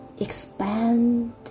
Expand